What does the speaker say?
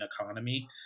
economy